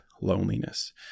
loneliness